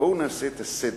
בואו נעשה את הסדק.